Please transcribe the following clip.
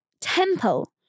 temple